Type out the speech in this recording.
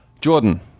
Jordan